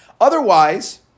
otherwise